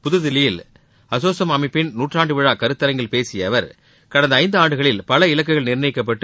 புதுதில்லியில் அசோசெம் அமைப்பின் நூற்றாண்டு விழா கருத்தரங்கில் பேசிய அவர் கடந்த ஐந்தாண்டுகளில் பல இலக்குகள் நிர்ணயிக்கப்பட்டு